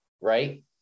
right